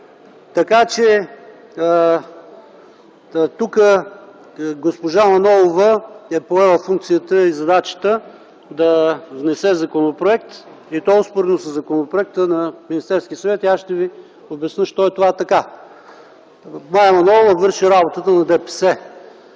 нужна. Тук госпожа Манолова е поела функцията и задачата да внесе законопроект и то успоредно със законопроекта на Министерския съвет. Аз ще ви обясня защо това е така. Мая Манолова върши работата на ДПС.